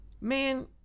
Man